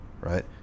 right